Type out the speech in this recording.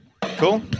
Cool